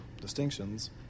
distinctions